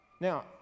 Now